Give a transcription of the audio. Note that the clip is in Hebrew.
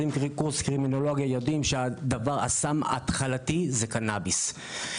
יודעים שהסם ההתחלתי הוא קנביס.